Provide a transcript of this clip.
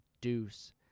Deuce